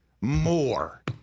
more